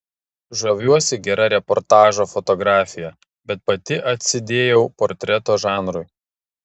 žaviuosi gera reportažo fotografija bet pati atsidėjau portreto žanrui